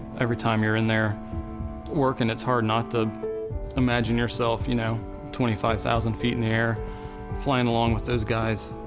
every time you're in there working, it's hard not to imagine yourself you know twenty five thousand feet in the air flying along with those guys.